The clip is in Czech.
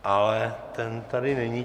Ale ten tady není.